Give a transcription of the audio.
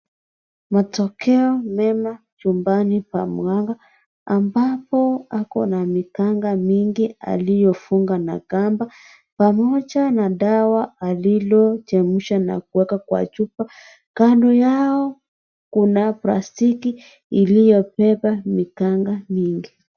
Matokeo mema chumbani pa mganga ambapo ako na mipanga mingi aliyofunga na kamba pamoja na dawa alilochemsha na kuweka kwa chupa. Kando yao kuna plastiki iliyobeba mikamba mingi.